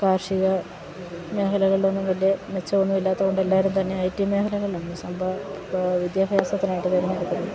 കാർഷിക മേഖലകളിലൊന്നും വലിയ മെച്ചമൊന്നുമില്ലാത്തതുകൊണ്ട് എല്ലാവരും തന്നെ ഐ ടി മേഖലകളിലാണ് വിദ്യാഭ്യാസത്തിനായിട്ട് തെരഞ്ഞെടുക്കുന്നത്